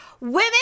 women